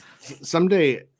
someday